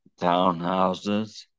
townhouses